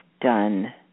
done